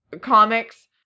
comics